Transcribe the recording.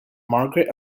margaret